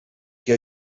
que